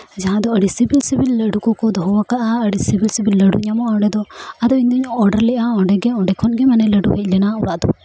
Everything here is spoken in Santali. ᱡᱟᱦᱟᱸ ᱫᱚ ᱟᱹᱰᱤ ᱥᱤᱵᱤᱞ ᱥᱤᱵᱤᱞ ᱞᱟᱹᱰᱩ ᱠᱚᱠᱚ ᱫᱚᱦᱚ ᱠᱟᱜᱼᱟ ᱟᱹᱰᱤ ᱥᱤᱵᱤᱞ ᱥᱤᱵᱤᱞ ᱞᱟᱹᱰᱩ ᱧᱟᱢᱚᱜᱼᱟ ᱚᱸᱰᱮ ᱫᱚ ᱟᱫᱚ ᱤᱧᱫᱚᱧ ᱚᱰᱟᱨ ᱞᱮᱜᱼᱟ ᱚᱸᱰᱮ ᱜᱮ ᱚᱸᱰᱮ ᱠᱷᱚᱱ ᱜᱮ ᱢᱟᱱᱮ ᱞᱟᱹᱰᱩ ᱦᱮᱡ ᱞᱮᱱᱟ ᱚᱲᱟᱜ ᱫᱚ